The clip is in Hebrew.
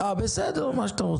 אה, בסדר, מה שאתה רוצה.